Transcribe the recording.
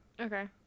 Okay